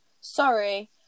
Sorry